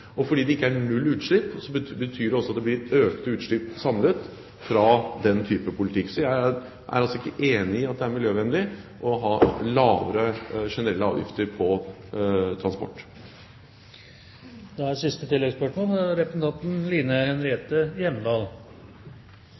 Fordi det ikke er null utslipp, betyr det også at det samlet blir økte utslipp med den type politikk. Jeg er altså ikke enig i at det er miljøvennlig å ha lavere generelle avgifter på